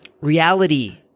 reality